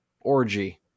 orgy